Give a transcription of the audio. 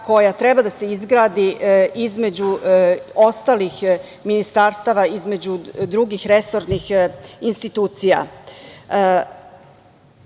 koja treba da se izgradi između ostalih ministarstava i drugih resornih institucija. To